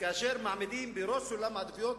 כאשר מעמידים בראש סדר העדיפויות